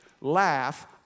laugh